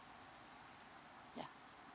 ya